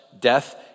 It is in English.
death